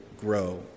grow